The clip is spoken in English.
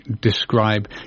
describe